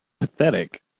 pathetic